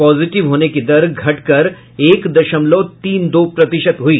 positive होने की दर घटकर एक दशमलव तीन दो प्रतिशत हुई